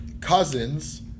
Cousins